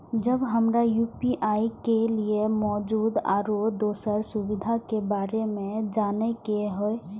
जब हमरा यू.पी.आई के लिये मौजूद आरो दोसर सुविधा के बारे में जाने के होय?